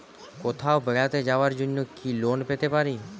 কোথাও বেড়াতে যাওয়ার জন্য কি লোন পেতে পারি?